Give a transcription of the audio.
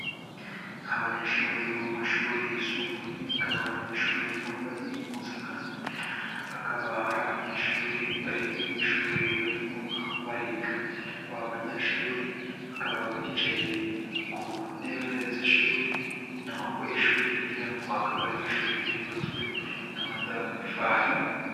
Abanyeshuri bo mu mashuri yisumbuye akaba ari abanyeshuri bambaye impuzankano akaba ari abanyeshuri bari mu ishuri barimo bariga. Aba banyeshuri bakaba bicaye ku ntebe z'ishuri naho ishuri bigiramo akaba ari ishuri ryubatswe n'amadafari.